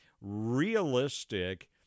realistic